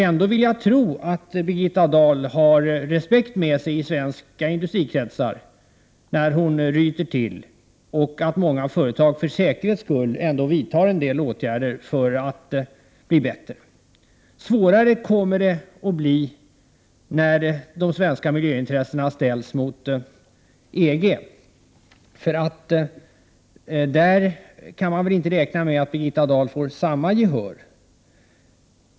Jag vill dock tro att Birgitta Dahl har respekt med sig i svenska industrikretsar när hon ryter till och att många företag för säkerhets skull vidtar en del åtgärder för att bli bättre. Svårare kommer det att bli när de svenska miljöintressena ställs mot vad som gäller inom EG, där man väl inte kan räkna med att Birgitta Dahl får samma gehör.